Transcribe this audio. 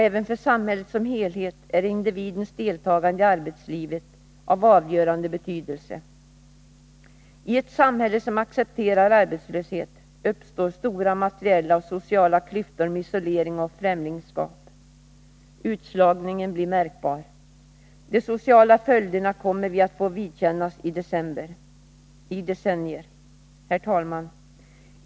Även för samhället som helhet är individens deltagande i arbetslivet av avgörande betydelse. I ett samhälle som accepterar arbetslöshet uppstår stora materiella och sociala klyftor med isolering och främlingskap. Utslagningen blir märkbar. De sociala följderna kommer vi att få vidkännas i decennier. Herr talman!